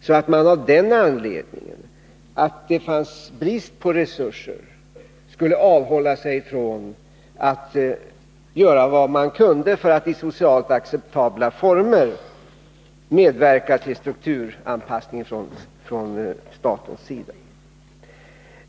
Det var inte av den anledningen, att det var brist på resurser, som man från statens sida i så fall skulle ha avhållit sig från att göra vad man kunde för att i socialt acceptabla former medverka till strukturanpassningen.